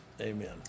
amen